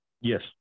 Yes